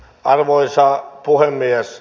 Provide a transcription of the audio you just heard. arvoisa puhemies